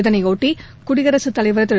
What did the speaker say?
இதனையொட்டி குடியரசுத் தலைவர் திரு